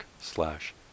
slash